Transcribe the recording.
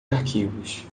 arquivos